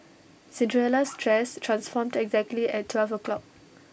Cinderella's dress transformed exactly at twelve o'clock